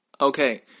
Okay